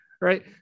right